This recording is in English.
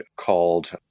called